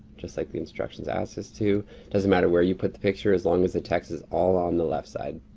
just like the instructions asked us to. it doesn't matter where you put the picture, as long as the text is all on the left side.